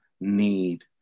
need